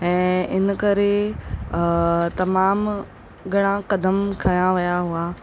ऐं इन करे तमामु घणा क़दमु खयां विया हुआ